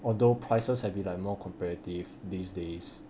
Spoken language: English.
although prices have been like more competitive these days